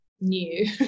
new